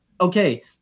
Okay